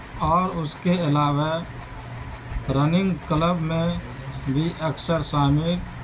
اور اُس کے علاوہ رننگ کلب میں بھی اکثر شامل